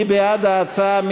מי בעד ההצעה?